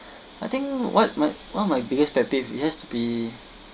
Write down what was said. I think what my one of my biggest pet peeve it has to be